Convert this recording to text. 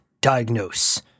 Diagnose